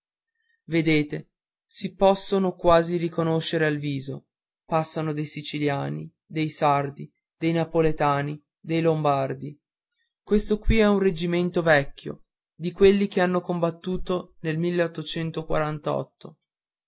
vedete si posson quasi riconoscere al viso passano dei siciliani dei sardi dei napoletani dei lombardi questo poi è un reggimento vecchio di quelli che hanno combattuto nel